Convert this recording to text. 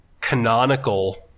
canonical